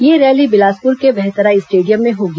यह रैली बिलासपुर के बहतराई स्टेडियम में होगी